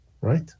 right